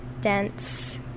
dense